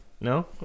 No